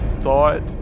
thought